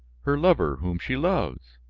her lover whom she loves?